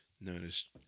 noticed